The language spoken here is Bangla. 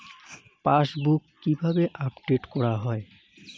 পাশবুক কিভাবে আপডেট করা হয়?